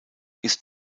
ist